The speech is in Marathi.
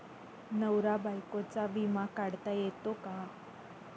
नवरा बायकोचा विमा काढता येतो का?